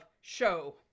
show